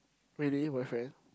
really boyfriend